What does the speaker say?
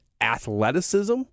athleticism